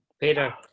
Peter